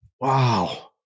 Wow